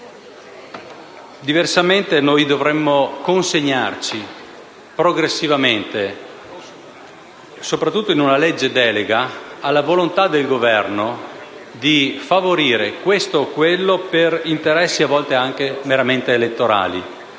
Diversamente dovremmo consegnarci progressivamente, oltretutto in una legge delega, alla volontà del Governo di favorire questa o quella impresa per interessi a volte anche meramente elettorali.